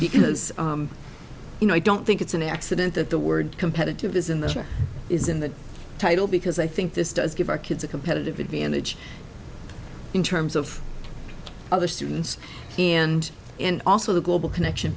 because you know i don't think it's an accident that the word competitive is in the is in the title because i think this does give our kids a competitive advantage in terms of other students and and also the global connection